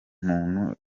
muntu